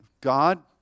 God